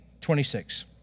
26